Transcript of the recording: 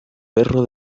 perro